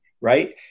right